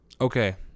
Okay